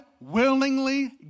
willingly